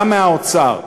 גם מהאוצר.